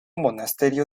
monasterio